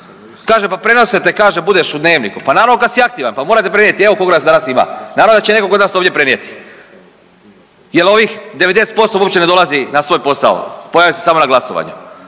Kaže pa prenose te, kaže budeš u „Dnevniku“, pa naravno kad si aktivan, pa mora te prenijet, evo koliko nas danas ima, naravno da će nekoga od nas ovdje prenijeti jel ovih 90% uopće ne dolazi na svoj posao, pojave se samo na glasovanju,